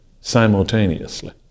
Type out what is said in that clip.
simultaneously